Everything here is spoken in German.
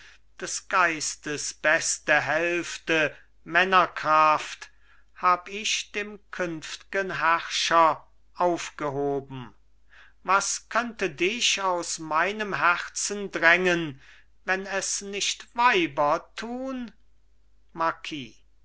des geistes beste hälfte männerkraft hab ich dem künftgen herrscher aufgehoben was könnte dich aus meinem herzen drängen wenn es nicht weiber tun